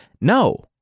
No